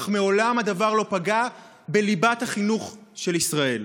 אך הדבר מעולם לא פגע בליבת החינוך של ישראל.